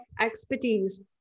expertise